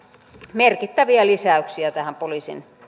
merkittäviä lisäyksiä poliisin